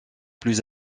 plus